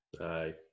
Aye